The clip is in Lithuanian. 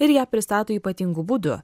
ir ją pristato ypatingu būdu